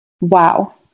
Wow